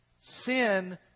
Sin